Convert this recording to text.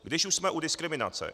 Když už jsme u diskriminace.